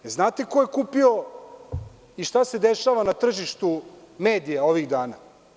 Znate ko je kupio i šta se dešava na tržištu medija ovih dana?